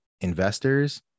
investors